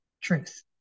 truth